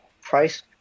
price